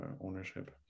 ownership